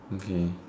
okay